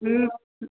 हूं